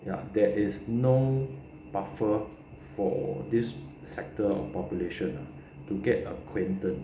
ya there is no buffer for this sector of population to get acquainted